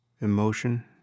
emotion